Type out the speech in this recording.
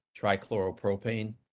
trichloropropane